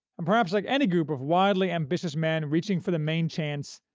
and perhaps like any group of wildly ambitious men reaching for the main chance,